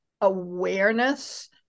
awareness